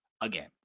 again